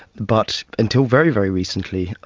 but until very, very recently,